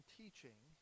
teaching